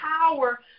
power